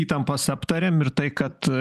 įtampas aptarėm ir tai kad